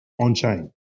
on-chain